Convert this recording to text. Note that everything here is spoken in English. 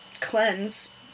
cleanse